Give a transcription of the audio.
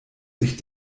sich